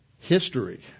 History